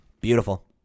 beautiful